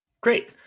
Great